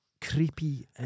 creepy